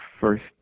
first